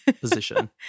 position